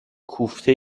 کوفته